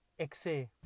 XA